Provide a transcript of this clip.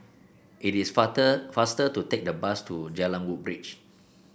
it is faster to take the bus to Jalan Woodbridge